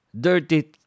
dirty